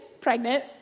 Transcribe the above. pregnant